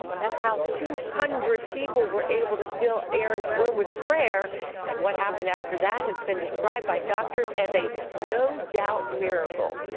that's how two hundred people were able to fill aaron's room with prayer and what happened after that has been described by doctors as a no doubt miracle.